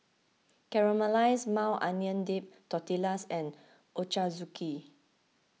Caramelized Maui Onion Dip Tortillas and Ochazuke